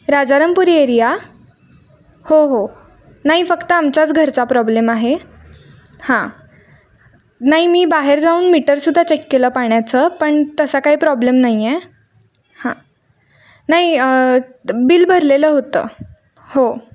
Rajarampuri area हो हो नाही फक्त आमच्याच घरचा प्रॉब्लेम आहे हां नाही मी बाहेर जाऊन मीटरसुद्धा चेक केलं पाण्याचं पण तसा काही प्रॉब्लेम नाही आहे हां नाही बिल भरलेलं होतं हो